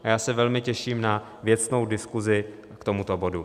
Já se velmi těším na věcnou diskusi k tomuto bodu.